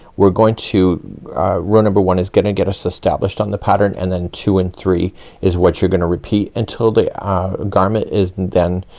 we're going to, ah row number one is gonna get us established on the pattern, and then two and three is what you're gonna repeat until the, ah garment is and then,